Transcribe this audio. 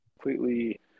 completely